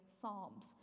Psalms